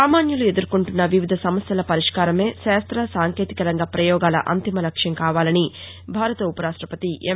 సామాన్యులు ఎదుర్కొంటున్న వివిధ సమస్యల పరిష్కారమే శాస్త సాంకేతిక రంగ ప్రయోగాల అంతిమ లక్ష్యం కావాలని భారత ఉపరాష్టపతి ఎం